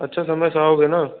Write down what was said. अच्छा समय से आओगे ना